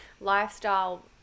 lifestyle